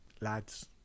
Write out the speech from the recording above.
lads